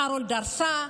קרול, דרסה?